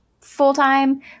full-time